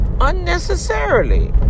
unnecessarily